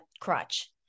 crutch